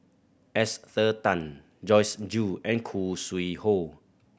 Esther Tan Joyce Jue and Khoo Sui Hoe